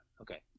Okay